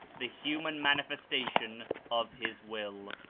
the human manifestation of his will.